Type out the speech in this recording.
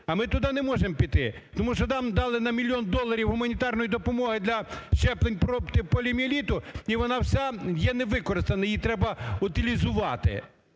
А ми туди не можемо піти. Тому що там дали на мільйон гуманітарної допомоги для щеплень проти поліомієліту і вона вся є невикористана, її треба утилізувати